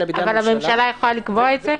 אבל הממשלה יכולה לקבוע את זה?